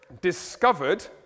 discovered